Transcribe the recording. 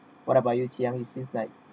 what about you ziyang you seems like